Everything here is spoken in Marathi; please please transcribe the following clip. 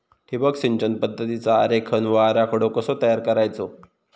ठिबक सिंचन पद्धतीचा आरेखन व आराखडो कसो तयार करायचो?